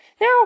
Now